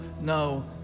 no